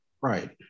Right